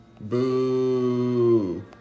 Boo